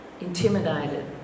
intimidated